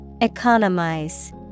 Economize